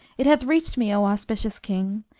it hath reached me, o auspicious king,